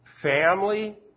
Family